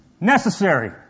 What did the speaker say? necessary